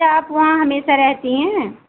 क्या आप वहाँ हमेशा रहती है